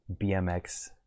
bmx